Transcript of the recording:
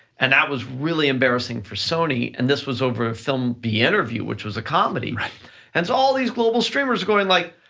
and that was really embarrassing for sony and this was over film, the interview, which was a comedy. and it's all these global streamers going like,